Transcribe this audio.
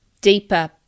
deeper